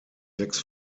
sechs